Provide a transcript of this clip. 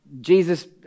Jesus